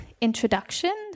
introduction